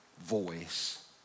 voice